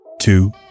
two